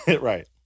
Right